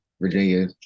virginia